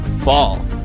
fall